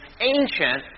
ancient